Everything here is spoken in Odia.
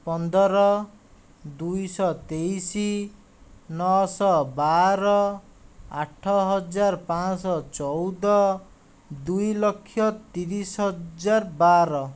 ପନ୍ଦର ଦୁଇଶହ ତେଇଶ ନଅଶହ ବାର ଆଠ ହଜାର ପାଞ୍ଚଶହ ଚଉଦ ଦୁଇଲକ୍ଷ ତିରିଶ ହଜାର ବାର